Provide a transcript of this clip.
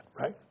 right